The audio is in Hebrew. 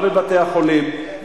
גם בבתי-החולים,